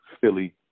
Philly